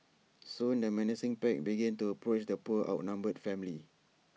soon the menacing pack began to approach the poor outnumbered family